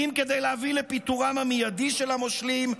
ואם כדי להביא לפיטורם המיידי של 'המושלים'